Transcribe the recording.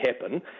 happen